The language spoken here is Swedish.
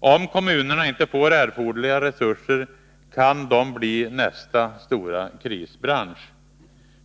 Om kommunerna inte får erforderliga resurser kan de bli nästa stora krisbransch.